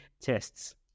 tests